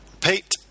Pete